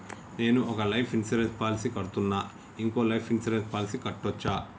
నేను ఒక life insurance policy కడ్తున్నా, ఇంకో లైఫ్ ఇన్సూరెన్స్ పాలసీ కట్టొచ్చా?